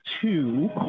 two